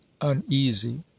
uneasy